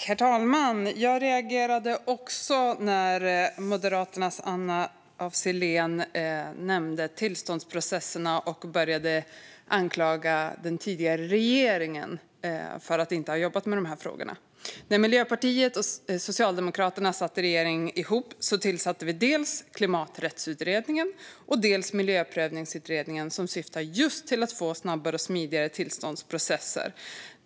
Herr talman! Jag reagerade också när Moderaternas Anna af Sillén nämnde tillståndsprocesserna och började anklaga den tidigare regeringen för att inte ha jobbat med dessa frågor. När Miljöpartiet och Socialdemokraterna satt i regering tillsammans tillsatte vi dels Klimaträttsutredningen, dels Miljöprövningsutredningen som syftar just till att få snabbare och smidigare tillståndsprocesser.